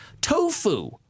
Tofu